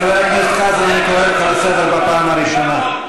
חברת הכנסת סופה לנדבר, בבקשה, גברתי.